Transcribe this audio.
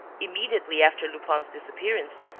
immediately after lupin's disappearance,